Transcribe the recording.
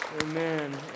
Amen